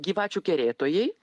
gyvačių kerėtojai